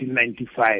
1995